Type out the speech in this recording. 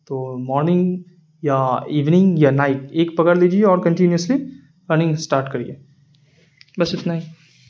تو مارننگ یا ایوننگ یا نائٹ ایک پکڑ لیجیے اور کنٹینیوسلی رننگ اسٹاٹ کریے بس اتنا ہی